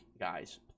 guys